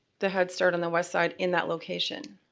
the head start on the west side in that location.